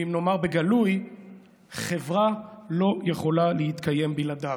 ואף נאמר בגלוי שחברה לא יכולה להתקיים בלעדיו,